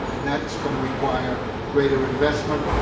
and that's going to require greater investment.